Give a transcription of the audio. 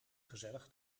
gezellig